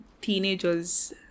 teenagers